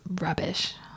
rubbish